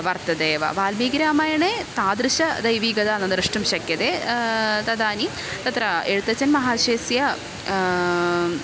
वर्तदेव वाल्मीगिरामायणे तादृशदैविकता न द्रष्टुं शक्यते तदानीं तत्र एषुतच्चन् महाशयस्य